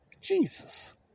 Jesus